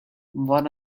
what